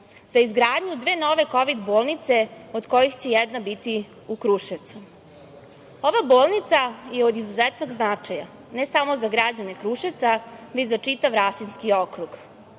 za izgradnju dve nove kovid bolnice od kojih će jedna biti u Kruševcu. Ova bolnica je od izuzetnog značaja ne samo za građane Kruševca, već za čitav Rasinski okrug.